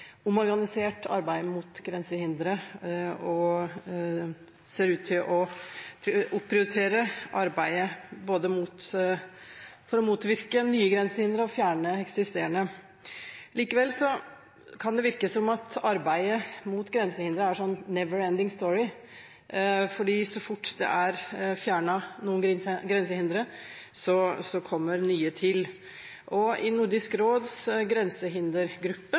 omorganisert arbeidet mot grensehindre og ser ut til å opprioritere arbeidet både for å motvirke nye grensehindre og for å fjerne eksisterende. Likevel kan det virke som om arbeidet mot grensehindre er en «never ending story», for så fort det er fjernet noen grensehindre, kommer nye til. I Nordisk råds grensehindergruppe